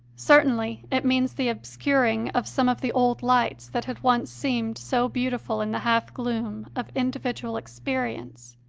certainly it means the obscuring of some of the old lights that had once seemed so beautiful in the half-gloom of individual experience,